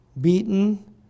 beaten